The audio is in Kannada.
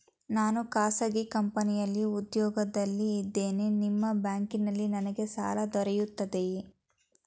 ನಾನು ಖಾಸಗಿ ಕಂಪನಿಯಲ್ಲಿ ಉದ್ಯೋಗದಲ್ಲಿ ಇದ್ದೇನೆ ನಿಮ್ಮ ಬ್ಯಾಂಕಿನಲ್ಲಿ ನನಗೆ ಸಾಲ ದೊರೆಯುತ್ತದೆಯೇ?